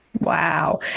Wow